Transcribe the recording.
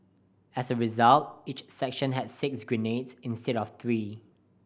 as a result each section had six grenades instead of three